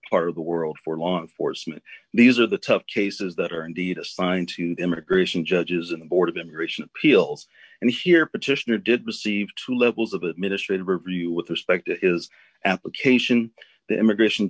part of the world for law enforcement these are the tough cases that are indeed assigned to the immigration judges and board of immigration appeals and here petitioner did receive two levels of administrative review with respect to his application the immigration